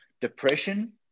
depression